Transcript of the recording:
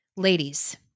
Ladies